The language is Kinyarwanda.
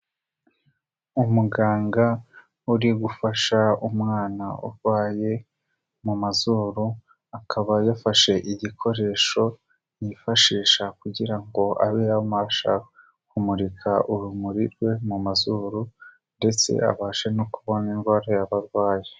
Umuganga uri gufasha umwana urwaye mu mazuru, akaba yafashe igikoresho yifashisha kugira ngo abe yabasha kumurika urumuri rwe mu mazuru, ndetse abashe no kubona indwaraabarwayi.